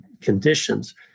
conditions